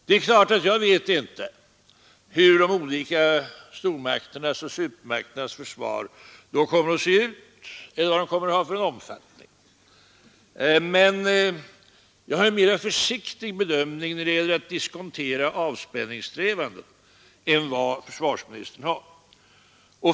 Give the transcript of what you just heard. Det är klart att jag inte vet hur de olika stormakternas och supermakternas försvar då kommer att se ut eller vilken omfattning det kommer att ha. Men jag har en försiktigare bedömning när det gäller att diskontera avspänningssträvandena än vad försvarsministern har.